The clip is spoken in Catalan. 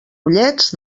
ullets